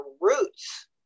roots